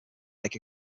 take